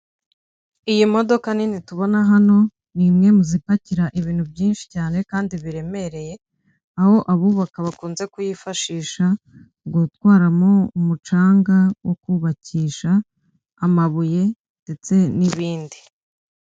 Iyi modoka nini tubona hano ni imwe mu zipakira ibintu byinshi cyane kandi biremereye aho abubaka bakunze kuyifashisha gutwaramo umucanga wo kubakisha, amabuye ndetse n'ibindi.